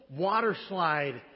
waterslide